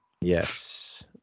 yes